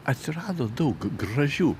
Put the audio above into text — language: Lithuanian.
atsirado daug gražių